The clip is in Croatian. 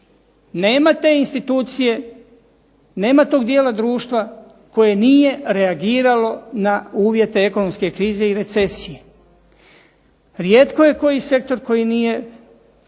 nema te institucije, nema toga dijela društva koje nije reagiralo na uvjete ekonomske krize i recesije. Rijetko je koji sektor koji nije pogodio